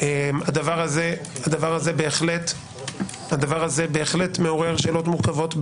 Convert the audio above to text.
הדבר הזה בהחלט מעורר שאלות מורכבות,